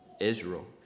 Israel